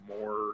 more